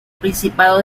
principado